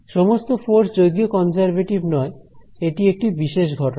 সমস্ত ফোর্স যদিও কনজারভেটিভ নয় এটি একটি বিশেষ ঘটনা